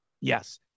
Yes